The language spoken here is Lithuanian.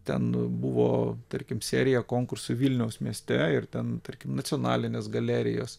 ten buvo tarkim serija konkursui vilniaus mieste ir ten tarkim nacionalines galerijas